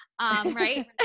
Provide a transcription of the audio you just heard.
right